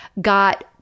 got